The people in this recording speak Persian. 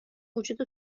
وجود